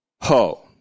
ho